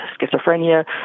schizophrenia